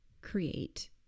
create